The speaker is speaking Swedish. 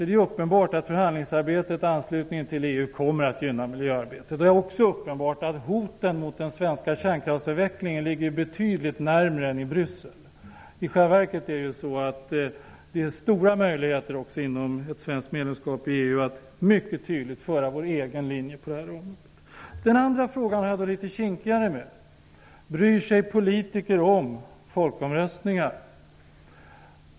Det är uppenbart att förhandlingsarbetet i anslutning till EU kommer att gynna miljöarbetet. Det är också uppenbart att hoten mot den svenska kärnkraftsavvecklingen ligger betydligt närmare än i Bryssel. I själva verket är det så att det finns stora möjligheter att inom ramen för ett svenskt medlemskap i EU mycket tydligt föra vår egen linje på detta område. Den andra frågan har jag det litet kinkigare med. Bryr sig politiker om folkomröstningar?